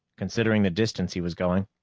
considering the distance he was going.